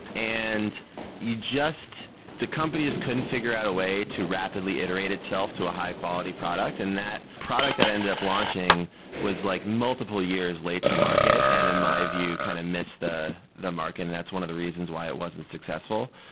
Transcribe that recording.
and yeah the companies couldn't figure out a way to rapidly iterate itself to a high-quality product, and that product that ended up launching was like multiple years late to market, and in my view kind of missed the the market, and that's one of the reasons why it wasn't successful.